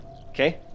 Okay